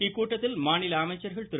இக்கூட்டத்தில் மாநில அமைச்சர்கள் திரு